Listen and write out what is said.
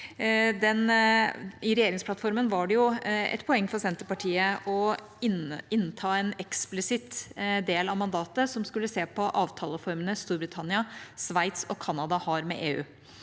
I regjeringsplattformen var det jo et poeng for Senterpartiet å innta en eksplisitt del av mandatet som skulle se på avtaleformene Storbritannia, Sveits og Canada har med EU.